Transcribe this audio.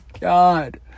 God